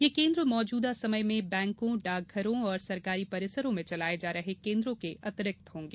यह केन्द्र मौजूदा समय में बैंकों डाकघरों और सरकारी परिसरों में चलाये जा रहे केन्द्रों के अतिरिक्त होंगे